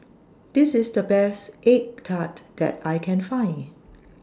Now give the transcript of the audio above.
This IS The Best Egg Tart that I Can Find